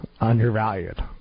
undervalued